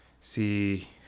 see